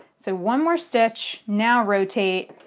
so one more stitch. now rotate.